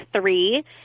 three